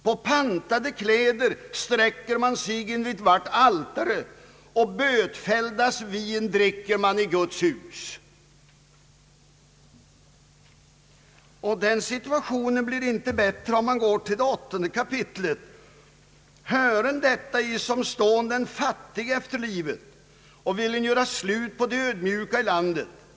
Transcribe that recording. På pantade kläder sträcker man sig invid vart altare, och bötfälldas vin dricker man i sin Guds hus.» Den situationen blir inte bättre om vi går till åttonde kapitlet: »Hören detta, I som stån den fattige efter livet och viljen göra slut på de ödmjuka i landet.